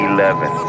Eleven